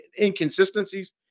inconsistencies